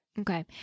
Okay